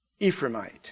Ephraimite